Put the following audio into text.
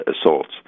assaults